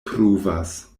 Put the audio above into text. pruvas